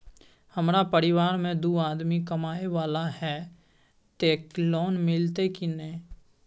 हमरा परिवार में दू आदमी कमाए वाला हे ते लोन मिलते की ने?